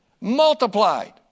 multiplied